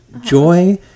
Joy